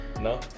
No